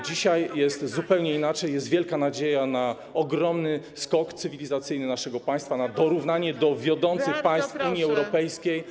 Dzisiaj jest zupełnie inaczej, jest wielka nadzieja na ogromny skok cywilizacyjny naszego państwa, na dorównanie wiodącym państwom Unii Europejskiej.